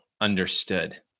understood